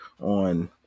on